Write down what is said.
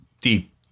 deep